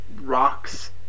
rocks